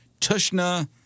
Tushna